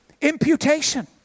Imputation